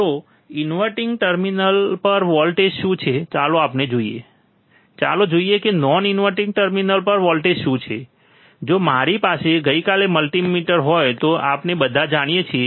તો inverting terminal પર voltage શું છે ચાલો આપણે જોઈએ ચાલો જોઈએ કે નોન ઇન્વર્ટીંગ ટર્મિનલ પર વોલ્ટેજ શું છે જો મારી પાસે ગઈકાલે મલ્ટિમીટર હોય તો આપણે બધા જાણીએ છીએ